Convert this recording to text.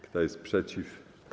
Kto jest przeciw?